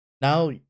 Now